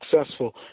successful